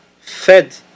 fed